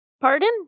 Pardon